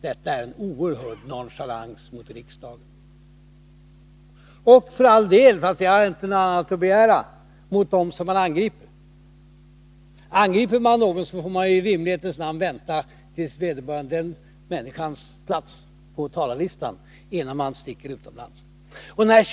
Detta är en oerhörd nonchalans mot riksdagen, och för all del — fast det var inte annat att vänta — mot dem som han angriper. Angriper man någon får man i rimlighetens namn vänta tills det blir vederbörandes tur enligt talarlistan, innan man sticker utomlands.